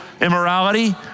immorality